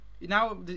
now